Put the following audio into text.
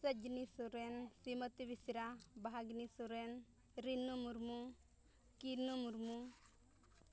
ᱥᱟᱡᱽᱱᱤᱥ ᱥᱚᱨᱮᱱ ᱥᱨᱤᱢᱚᱛᱤ ᱵᱮᱥᱨᱟ ᱵᱷᱟᱜᱽᱱᱤ ᱥᱚᱨᱮᱱ ᱨᱤᱱᱩ ᱢᱩᱨᱢᱩ ᱠᱤᱱᱩ ᱢᱩᱨᱢᱩ